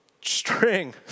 string